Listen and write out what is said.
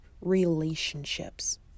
relationships